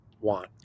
want